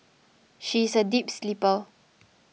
she is a deep sleeper